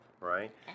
right